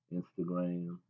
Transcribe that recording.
Instagram